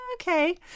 Okay